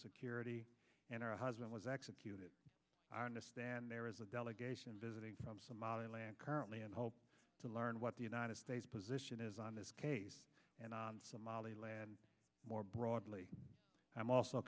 security and her husband was executed and there is a delegation visiting from somalia currently and hope to learn what the united states position is on this case and somaliland more broadly i'm also